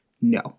No